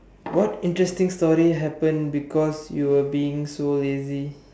what interesting story happen because you were being so lazy